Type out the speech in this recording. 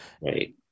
Right